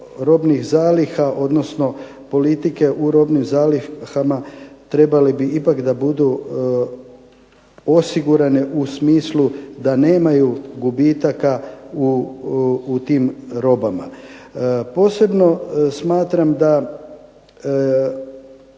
odnosno politike u robnim zalihama trebali bi ipak da budu osigurane u smislu da nemaju gubitaka u tim robama. Posebno smatram da